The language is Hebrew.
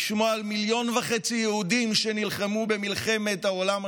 לשמוע על מיליון וחצי יהודים שנלחמו במלחמת העולם השנייה,